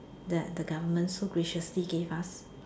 that the government so graciously gave us